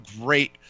great